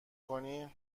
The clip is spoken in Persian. کنی